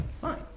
fine